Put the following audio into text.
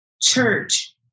church